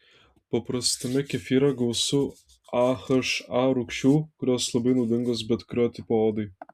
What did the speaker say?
paprastame kefyre gausu aha rūgščių kurios labai naudingos bet kurio tipo odai